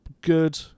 good